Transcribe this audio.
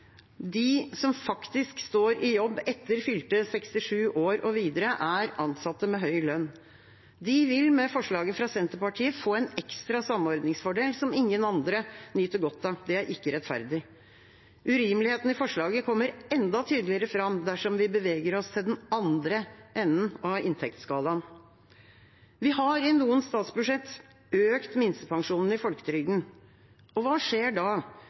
De som faktisk står i jobb etter fylte 67 år og videre, er ansatte med høy lønn. De vil med forslaget fra Senterpartiet få en ekstra samordningsfordel som ingen andre nyter godt av. Det er ikke rettferdig. Urimeligheten i forslaget kommer enda tydeligere fram dersom vi beveger oss til den andre enden av inntektsskalaen. Vi har i noen statsbudsjetter økt minstepensjonen i folketrygden. Hva skjer da